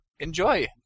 Enjoy